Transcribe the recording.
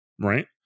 right